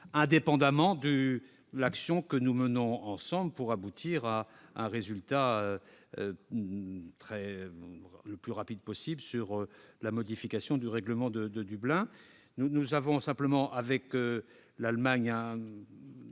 indépendamment de l'action que nous menons ensemble pour aboutir à un résultat le plus rapide possible sur la modification du règlement de Dublin. Simplement, avec l'Allemagne,